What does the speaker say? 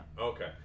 okay